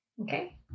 Okay